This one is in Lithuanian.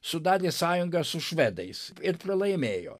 sudarė sąjungą su švedais ir pralaimėjo